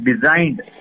designed